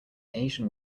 asian